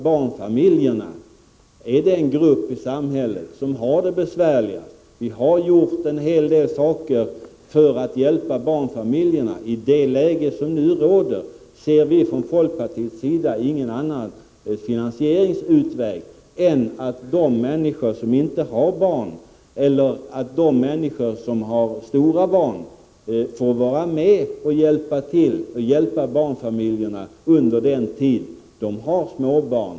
Barnfamiljerna är den grupp i samhället som har det besvärligast. Vi har gjort en hel del för att hjälpa barnfamiljerna, men i det läge som nu råder ser vi från folkpartiets sida ingen annan möjlig finansieringsväg än att de som inte har några barn eller som har vuxna barn får vara med och hjälpa barnfamiljerna under den tid dessa har småbarn.